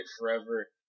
forever